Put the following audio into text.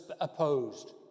opposed